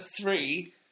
three